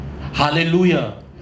Hallelujah